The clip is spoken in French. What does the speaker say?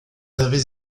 avez